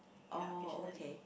oh okay